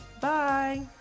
Bye